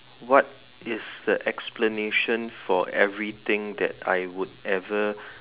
what is the explanation for everything that I would ever